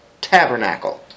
tabernacle